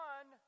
One